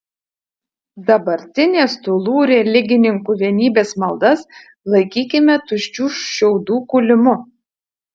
dabartinės tūlų religininkų vienybės maldas laikykime tuščių šiaudų kūlimu